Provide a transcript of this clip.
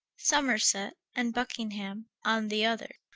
somerset, and buckingham, on the other.